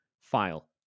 file